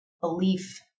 belief